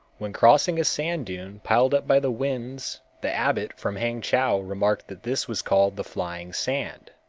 when crossing a sand dune piled up by the winds the abbot from hangchow remarked that this was called the flying sand,